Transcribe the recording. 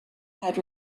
had